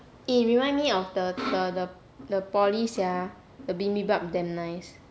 eh remind me of the the the poly sia the bibimbap damn nice